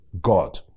God